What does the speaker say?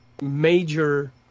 major